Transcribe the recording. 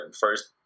First